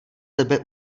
tebe